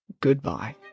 goodbye